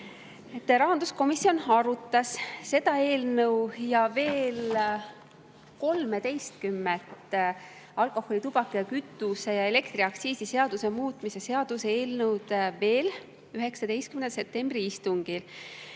Rahanduskomisjon arutas seda eelnõu ning veel 13 alkoholi-, tubaka-, kütuse- ja elektriaktsiisi seaduse muutmise seaduse eelnõu 19. septembri istungil.